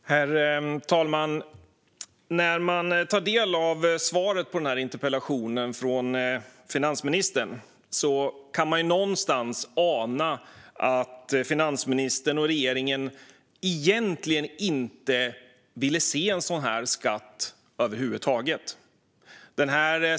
Herr talman! När man tar del av svaret på interpellationen från finansministern kan man någonstans ana att finansministern och regeringen egentligen inte ville se en sådan här skatt över huvud taget.